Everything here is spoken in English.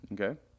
Okay